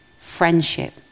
friendship